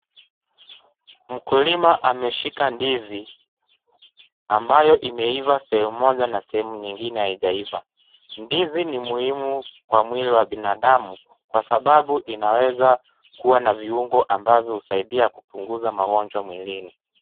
Mkulima ameshika ndizi ambayo imeiva sehemu moja na sehemu nyingine haijaiva. Ndizi ni muhimu kwa mwili wa binadamu kwa sababu inaweza kuwa na viungo ambavyo husaidia kupunguza magonjwa mwilini.